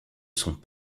sont